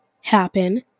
happen